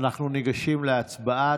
אנחנו ניגשים להצבעה.